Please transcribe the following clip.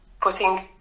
putting